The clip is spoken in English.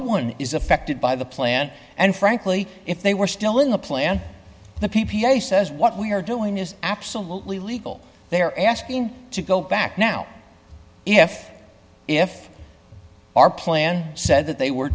one is affected by the plan and frankly if they were still in the plan the p p a says what we're doing is absolutely legal they're asking to go back now if if our plan said that they